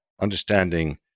understanding